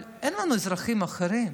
אבל אין לנו אזרחים אחרים.